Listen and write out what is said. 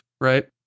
right